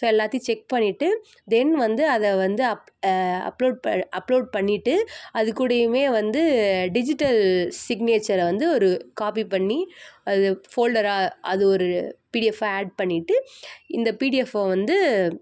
so எல்லாத்தையும் check பண்ணிவிட்டு then வந்து அதை வந்து அப் அப்லோட் பண்ணி அப்லோட் பண்ணிவிட்டு அதுக்கூடயுமே வந்து டிஜிட்டல் சிக்னேச்சரை வந்து ஒரு காப்பி பண்ணி அது ஃபோல்டராக அது ஒரு பிடிஃஎப்பாக ஆட் பண்ணிவிட்டு இந்த பிடிஃஎப்பை வந்து